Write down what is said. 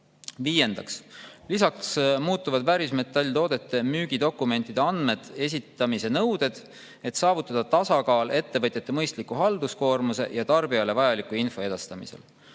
Viiendaks, lisaks muutuvad väärismetalltoodete müügidokumentidel andmete esitamise nõuded, et saavutada tasakaal ettevõtjate mõistliku halduskoormuse ja tarbijale vajaliku info edastamise